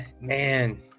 man